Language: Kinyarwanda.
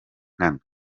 nkana